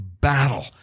battle